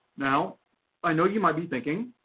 now i know you might be thinking,